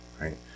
right